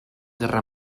guerra